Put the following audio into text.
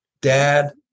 dad